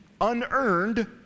unearned